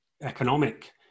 economic